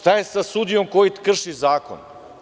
Šta je sa sudijom koji krši zakon?